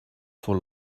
for